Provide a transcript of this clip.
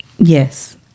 Yes